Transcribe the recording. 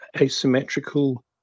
asymmetrical